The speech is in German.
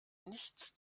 nichts